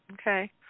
Okay